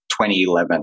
2011